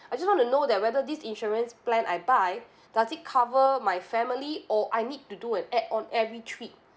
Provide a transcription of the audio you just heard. I just want to know that whether this insurance plan I buy does it cover my family or I need to do an add on every trip